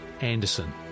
Anderson